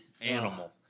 animal